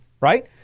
right